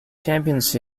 champions